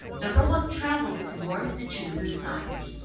the robot travels towards the chosen site.